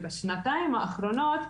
ובשנתיים האחרונות,